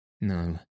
No